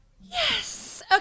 Yes